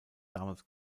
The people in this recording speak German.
damals